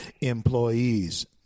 employees